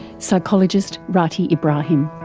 psychologist ratih ibrahim.